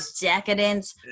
decadence